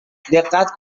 دقت